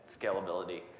scalability